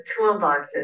toolboxes